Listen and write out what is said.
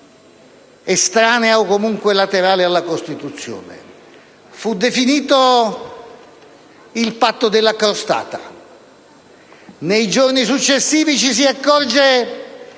estranea o comunque laterale alla Costituzione. Fu definito il "patto della crostata". Nei giorni successivi ci si accorse